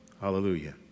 Hallelujah